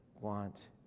want